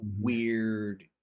weird